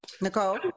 Nicole